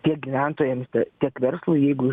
tiek gyventojams t tiek verslui jeigu